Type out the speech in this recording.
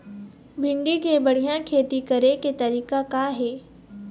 भिंडी के बढ़िया खेती करे के तरीका का हे?